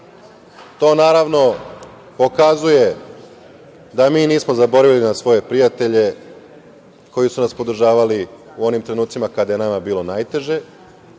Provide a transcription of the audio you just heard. To, naravno pokazuje da mi nismo zaboravili na svoje prijatelje koji su nas podržavali u onim trenucima kada je nama bilo najteže. Osnovna